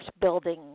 building